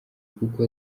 kuko